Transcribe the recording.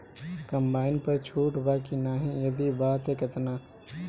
Combine पर छूट बा की नाहीं यदि बा त केतना?